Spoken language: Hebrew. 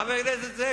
חבר הכנסת זאב,